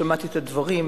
שמעתי את הדברים,